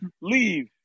leave